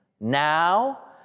now